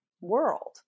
world